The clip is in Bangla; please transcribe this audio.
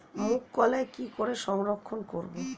মুঘ কলাই কি করে সংরক্ষণ করব?